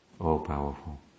All-powerful